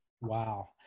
Wow